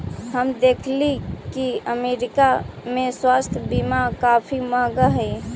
हम देखली की अमरीका में स्वास्थ्य बीमा काफी महंगा हई